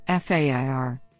FAIR